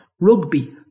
rugby